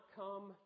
come